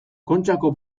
kontxako